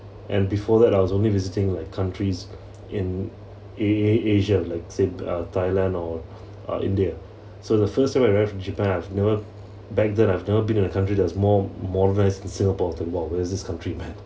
and before that I was only visiting like countries in a~ a~ asia like say uh thailand or uh india so the first time I arrived in japan I've never back then I've never been in a country that's more modernised than singapore so !wow! where's this country man